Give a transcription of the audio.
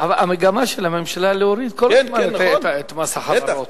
המגמה של הממשלה להוריד כל הזמן את מס החברות.